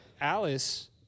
Alice